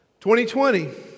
2020